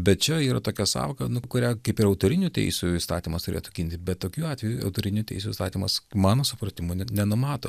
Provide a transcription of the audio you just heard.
bet čia yra tokia sąvoka nu kurią kaip ir autorinių teisių įstatymas turėtų ginti bet tokių atvejų autorinių teisių įstatymas mano supratimu nenumato